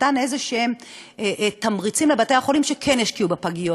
ונתן איזשהם תמריצים לבתי-החולים שכן ישקיעו בפגיות.